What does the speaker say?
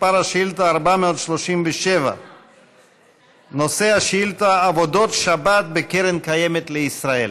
מספר השאילתה הוא 437. נושא השאילתה: עבודות שבת בקרן הקיימת לישראל.